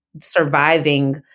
surviving